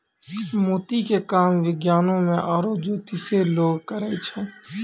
मोती के काम विज्ञानोॅ में आरो जोतिसें लोग करै छै